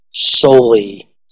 solely